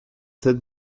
sept